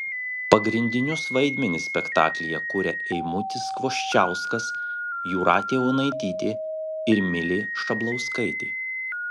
pagrindinius vaidmenis spektaklyje kuria eimutis kvoščiauskas jūratė onaitytė ir milė šablauskaitė